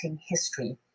history